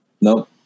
Nope